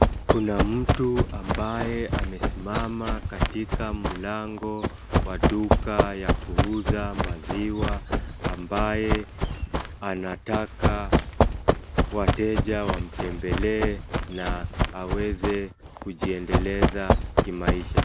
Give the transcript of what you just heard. Kuna mtu ambaye amesimama katika mlango wa duka ya kuuza maziwa, ambaye anataka wateja wamtembelee na aweze kujiendeleza kimaisha.